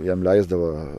jam leisdavo